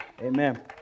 Amen